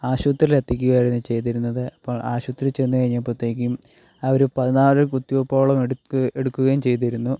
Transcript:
ആശുപത്രിയിൽ എത്തിക്കുകയായിരുന്നു ചെയ്തിരുന്നത് അപ്പോൾ ആശുപത്രിയിൽ ചെന്ന് കഴിഞ്ഞപ്പോഴ്ത്തേക്കും ആ ഒരു പതിനാല് കുത്തിവെപ്പോളം എടുക്കു എടുക്കുകയും ചെയ്തിരുന്നു